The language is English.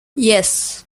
yes